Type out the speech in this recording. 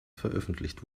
veröffentlicht